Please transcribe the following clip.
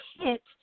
hit